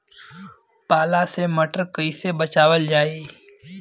पाला से मटर कईसे बचावल जाई?